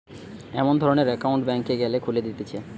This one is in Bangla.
এমন ধরণের একউন্ট ব্যাংকে গ্যালে খুলে দিতেছে